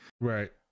Right